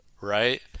right